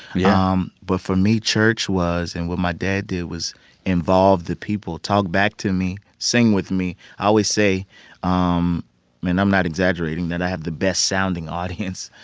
yeah um but for me, church was and what my dad did was involve the people talk back to me, sing with me. i always say i um mean, i'm not exaggerating that i have the best sounding audience.